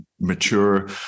mature